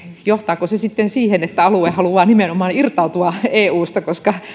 johtaako se sitten siihen että alue haluaa nimenomaan irtautua eusta